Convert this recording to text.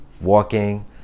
walking